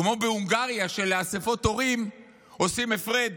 כמו בהונגריה שבאספות הורים עושים הפרדה